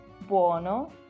buono